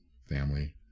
family